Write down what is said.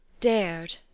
dared